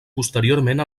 posteriorment